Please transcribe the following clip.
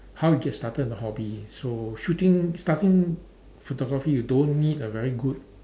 how you get started on a hobby so shooting starting photography you don't need a very good